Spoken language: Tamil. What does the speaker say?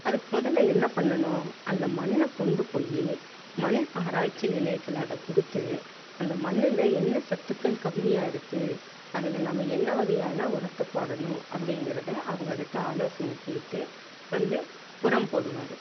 அதுக்கு முதல்ல என்ன பண்ணனும் அந்த மண்ணை கொண்டு போய் மண் ஆராய்ச்சி நிலையத்தில் அதை கொடுத்து அந்த மண்ணில் என்ன சத்துக்கள் கம்மியாக இருக்குது அதில் நாம் என்ன வகையான உரத்தை போடணும் அப்படிங்கிறத அவங்க கிட்ட ஆலோசனைக் கேட்டு வந்து உரம் போடுவார்